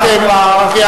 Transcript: עד עפר,